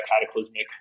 cataclysmic